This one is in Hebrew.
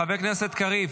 חבר הכנסת קריב,